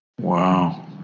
Wow